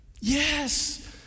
yes